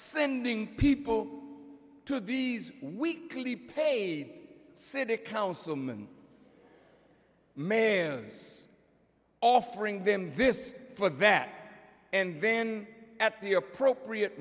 sending people to these weekly paid city councilman manners offering them this for that and then at the appropriate